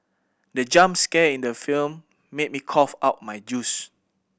the jump scare in the film made me cough out my juice